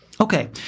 Okay